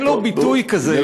אין לו ביטוי כזה,